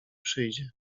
przyjdzie